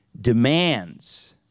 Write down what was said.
demands